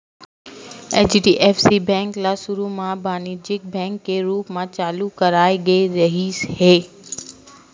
HDFC bank ल सुरू म बानिज्यिक बेंक के रूप म चालू करे गे रिहिस हे